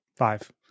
five